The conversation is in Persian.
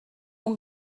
اون